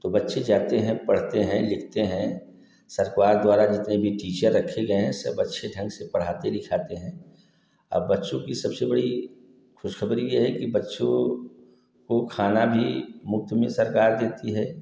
तो बच्चे जाते हैं पढ़ते हैं लिखते हैं सरकार द्वारा जितने भी टीचर रखे गए हैं सब अच्छे ढंग से पढ़ाते लिखाते हैं अब बच्चों की सबसे बड़ी ख़ुशख़बरी ये है कि बच्चों को खाना भी मुफ़्त में सरकार देती है